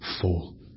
full